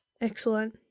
Excellent